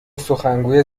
سخنگوی